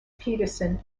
petersen